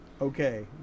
Okay